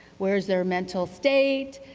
where is their mental state,